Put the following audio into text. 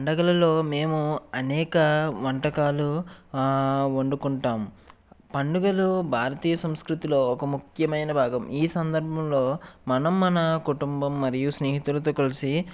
పండగలలో మేము అనేక వంటకాలు వండుకుంటాము పండుగలు భారతీయ సంస్కృతిలో ఒక ముఖ్యమైన భాగం ఈ సందర్భంలో మనం మన కుటుంబం మరియు స్నేహితులతో కలిసి